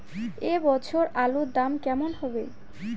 এ বছর আলুর দাম কেমন হবে?